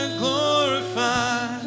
glorify